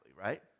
right